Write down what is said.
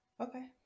Okay